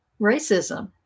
racism